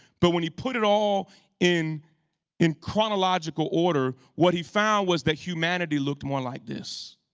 but when he put it all in in chronological order, what he found was that humanity looked more like this.